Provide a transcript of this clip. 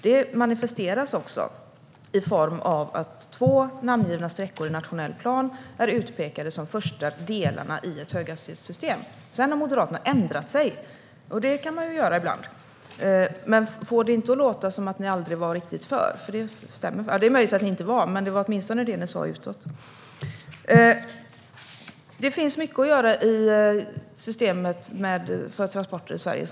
Detta manifesteras också genom att två namngivna sträckor i den nationella planen pekas ut som de första delarna i ett höghastighetssystem. Sedan har Moderaterna ändrat sig, och det kan man ju göra ibland. Men få det inte att låta som om ni aldrig var riktigt för! Det är möjligt att ni inte var det, men det var åtminstone det ni sa utåt. Det finns som sagt mycket att göra i transportsystemet i Sverige.